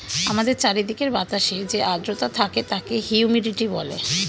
আমাদের চারিদিকের বাতাসে যে আর্দ্রতা থাকে তাকে হিউমিডিটি বলে